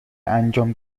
انجام